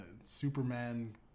Superman